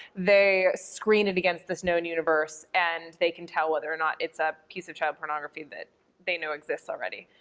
they screen it against this known universe and they can tell whether or not it's a piece of child pornography that they know exists already.